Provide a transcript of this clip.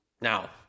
Now